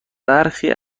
برخی